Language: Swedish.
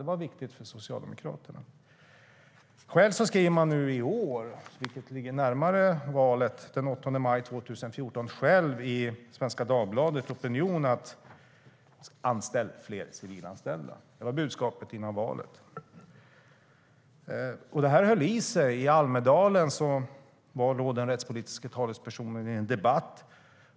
Det var viktigt för Socialdemokraterna.Själv uttalar han nu i år - den 8 maj 2014 - i Svenska Dagbladet: "Anställ fler civilanställda". Det var budskapet före valet.I Almedalen deltog den rättspolitiske talespersonen i en debatt.